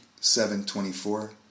7.24